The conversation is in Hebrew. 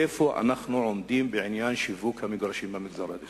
איפה אנחנו עומדים בעניין שיווק המגרשים למגזר הערבי.